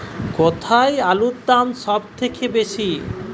কোথায় আলুর দাম সবথেকে বেশি?